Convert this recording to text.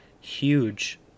huge